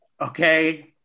okay